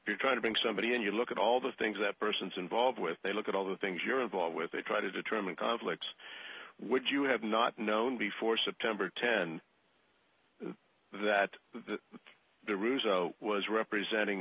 to try to bring somebody in you look at all the things that person's involved with they look at all the things you're involved with they try to determine conflicts would you have not known before september ten that the result was representing